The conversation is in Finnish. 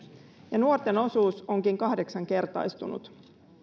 ja nuorten osuus onkin kahdeksankertaistunut